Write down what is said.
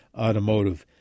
Automotive